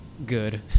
Good